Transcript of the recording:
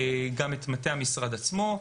את מטה המשרד עצמו,